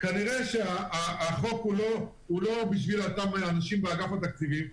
כנראה שהחוק הוא לא בשביל אותם אנשים באגף התקציבים.